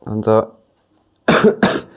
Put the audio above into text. हुन्छ